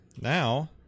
Now